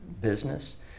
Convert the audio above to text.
business